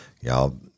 Y'all